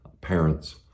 parents